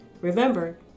Remember